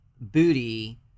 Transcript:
booty